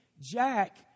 Jack